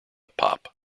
pop